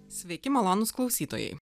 sveiki malonūs klausytojai